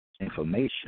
information